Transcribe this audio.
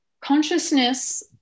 Consciousness